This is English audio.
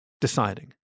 deciding